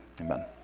Amen